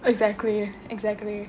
exactly exactly